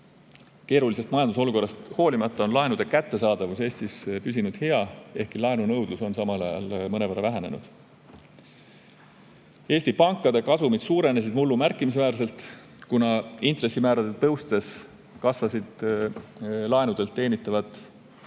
Keerulisest majandusolukorrast hoolimata on laenude kättesaadavus Eestis püsinud hea, ehkki laenunõudlus on samal ajal mõnevõrra vähenenud. Eesti pankade kasumid suurenesid mullu märkimisväärselt, kuna intressimäärade tõustes kasvasid laenudelt teenitavad